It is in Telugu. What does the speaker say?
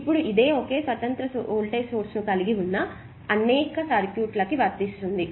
ఇప్పుడు ఇది ఒకే స్వతంత్ర వోల్టేజ్ సోర్స్ ను కలిగి ఉన్న అనేక సర్క్యూట్ల కి వర్తిస్తుంది